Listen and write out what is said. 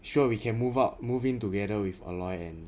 sure we can move out move in together with aloy and